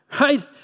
right